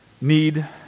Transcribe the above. need